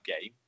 game